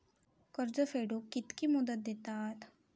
कर्ज फेडूक कित्की मुदत दितात?